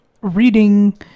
reading